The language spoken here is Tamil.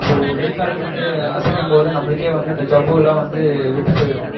இப்போது கை கால் வந்து அசைக்கும் போது நம்மளுக்கே வந்து இந்த ஜவ்வுலாம் வந்து விட்டு போய்டும்